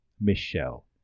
Michelle